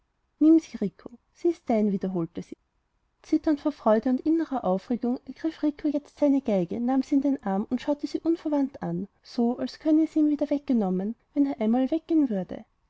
nimm sie rico sie ist dein wiederholte sie zitternd vor freude und innerer aufregung ergriff rico jetzt seine geige nahm sie in den arm und schaute sie unverwandt an so als könne sie ihm wieder wegkommen wenn er einmal weggehen würde